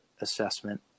assessment